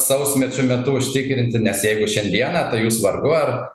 sausmečio metu užtikrinti nes jeigu šiandieną tai jūs vargu ar